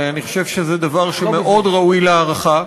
ואני חושב שזה דבר שמאוד ראוי להערכה.